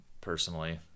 personally